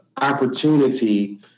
opportunity